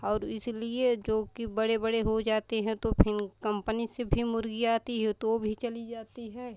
और इसलिए जोकि बड़े बड़े हो जाती हैं तो फिर कम्पनी से भी मुर्ग़ी आती है तो वाह भी चली जाती है